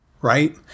Right